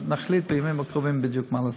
ונחליט בימים הקרובים בדיוק מה לעשות.